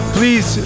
Please